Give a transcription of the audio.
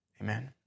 Amen